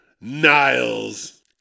Niles